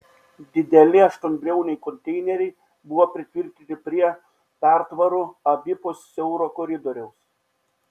dideli aštuonbriauniai konteineriai buvo pritvirtinti prie pertvarų abipus siauro koridoriaus